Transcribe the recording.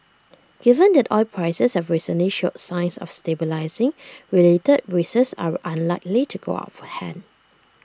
given that oil prices have recently showed signs of stabilising related risks are unlikely to go out of hand